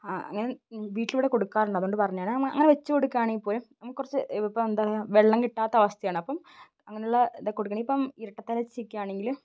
അങ്ങനെ വീട്ടിൽ ഇവിടെ കൊടുക്കാറുണ്ട് അതുകൊണ്ട് പറഞ്ഞതാണ് അങ്ങനെ വച്ചു കൊടുക്കുകയാണെങ്കിൽ പോലും നമുക്ക് കുറച്ചു ഇപ്പം എന്താണ് വെള്ളം കിട്ടാത്ത അവസ്ഥയാണ് അപ്പം അങ്ങനെയുള്ള ഇതൊക്കെ കൊടുക്കുകയാണെങ്കിൽ ഇപ്പം ഇരട്ട തലേച്ചിക്ക് ആണെങ്കിൽ